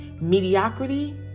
mediocrity